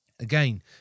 Again